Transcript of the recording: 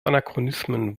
anachronismen